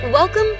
Welcome